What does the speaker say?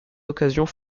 occasions